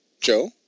joe